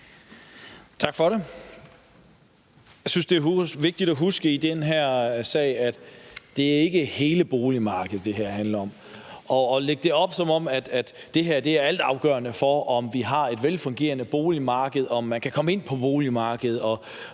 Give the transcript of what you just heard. Tak for det. Jeg synes, det er vigtigt at huske i den her sag, at det ikke er hele boligmarkedet, det her handler om. Og i forhold til at lægge det frem, som om det her er altafgørende for, om vi har et velfungerende boligmarked, og om man kan komme ind på boligmarkedet,